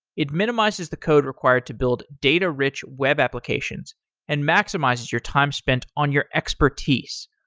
it minimizes the code required to build data-rich web applications and maximizes your time spent on your expertise.